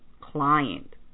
client